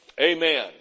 Amen